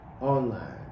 online